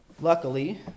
Luckily